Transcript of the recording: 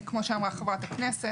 כמו שאמרה חברת הכנסת